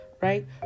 right